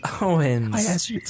Owens